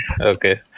Okay